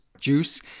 Juice